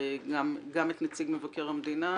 גם את נציג מבקר המדינה,